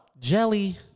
jelly